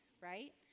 right